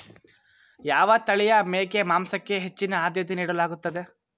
ಯಾವ ತಳಿಯ ಮೇಕೆ ಮಾಂಸಕ್ಕೆ ಹೆಚ್ಚಿನ ಆದ್ಯತೆ ನೀಡಲಾಗುತ್ತದೆ?